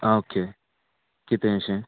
आं ओके कितें अशें